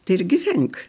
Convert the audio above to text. tai ir gyvenk